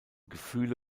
gefühle